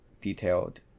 detailed